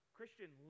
Christian